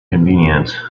convenient